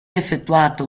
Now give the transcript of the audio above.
effettuato